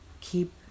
keep